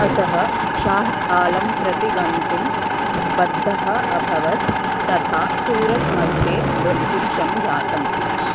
अतः शाह् आलं प्रति गन्तुं बद्धः अभवत् तथा सूरत् मध्ये दुर्भिक्षं जातम्